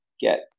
get